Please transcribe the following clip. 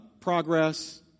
progress